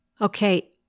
Okay